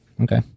Okay